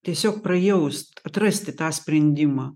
tiesiog prajaust atrasti tą sprendimą